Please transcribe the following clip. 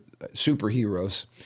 superheroes